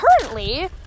currently-